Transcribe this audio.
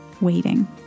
waiting